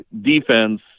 defense